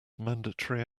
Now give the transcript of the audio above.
mandatory